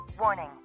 Warning